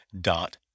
dot